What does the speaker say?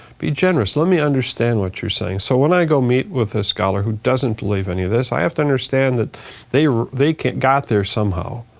be generous. let me understand what you're saying. so when i go meet with a scholar who doesn't believe any of this, i have to understand that they they got there somehow.